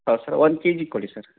ಹಾಂ sir one KG ಕೊಡಿ sir